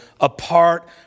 apart